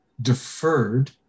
deferred